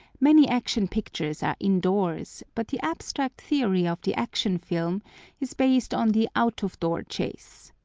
many action pictures are indoors, but the abstract theory of the action film is based on the out-of-door chase.